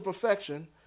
perfection